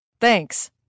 Thanks